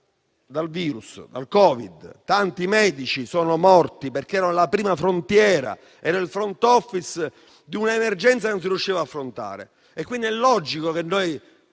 decimati dal Covid. Tanti medici sono morti perché erano la prima frontiera, erano il *front office* di un'emergenza che non si riusciva ad affrontare. È quindi logico che noi